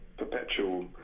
perpetual